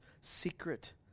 secret